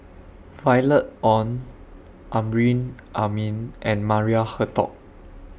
Violet Oon Amrin Amin and Maria Hertogh